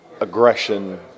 aggression